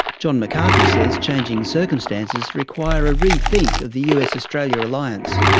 john mccarthy says changing circumstances require a re-think of the us-australia alliance.